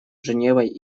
женевой